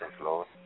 Lord